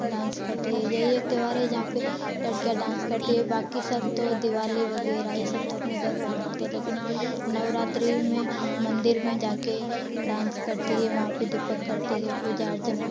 dance करती हैं यही एक त्योहार है जहाँ पर लडकियाँ डांस करती हैं बाकि सब तो दिवाली वगैरह ये सब तो अपने घर पर मनाते हैं लेकिन नवरात्रि में मंदिर में जा कर डांस करती हैं वहाँ पर दीपक करती हैं पूजा अर्चना